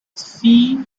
see